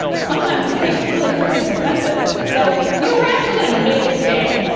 sometimes a thing is really frickin' expensive, so you know we're actually gonna make it today!